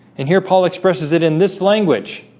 and here paul expresses it in this language